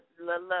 love